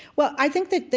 well, i think that,